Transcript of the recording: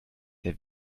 der